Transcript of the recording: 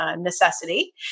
Necessity